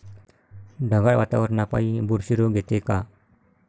ढगाळ वातावरनापाई बुरशी रोग येते का?